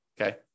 okay